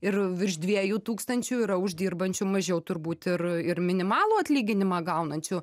ir virš dviejų tūkstančių yra uždirbančių mažiau turbūt ir ir minimalų atlyginimą gaunančių